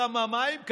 כמה מים,